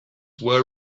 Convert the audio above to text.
were